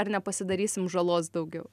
ar nepasidarysim žalos daugiau